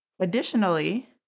Additionally